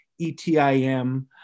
ETIM